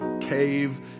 cave